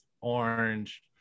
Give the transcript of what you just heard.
orange